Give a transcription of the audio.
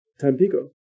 Tampico